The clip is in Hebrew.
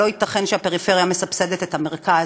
הרי לא ייתכן שהפריפריה מסבסדת את המרכז,